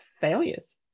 failures